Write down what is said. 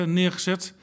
neergezet